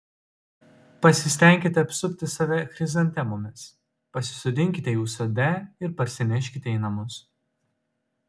pasistenkite apsupti save chrizantemomis pasisodinkite jų sode ir parsineškite į namus